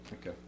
Okay